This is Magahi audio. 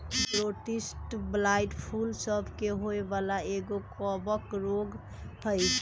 बोट्रिटिस ब्लाइट फूल सभ के होय वला एगो कवक रोग हइ